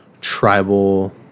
tribal